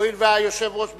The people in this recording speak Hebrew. הואיל והיושב-ראש ביקש,